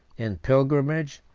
in pilgrimage,